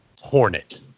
Hornet